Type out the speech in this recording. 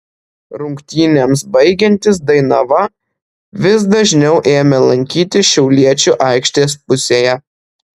rungtynėms baigiantis dainava vis dažniau ėmė lankytis šiauliečių aikštės pusėje